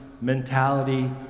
mentality